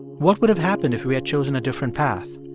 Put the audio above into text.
what would have happened if we had chosen a different path,